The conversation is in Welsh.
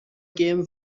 gêm